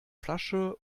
flasche